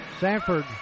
Sanford